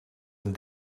een